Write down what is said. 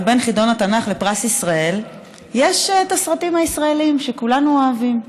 ובין חידון התנ"ך לפרס ישראל יש סרטים ישראליים שכולנו אוהבים.